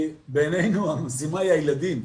כי המשימה היא הילדים,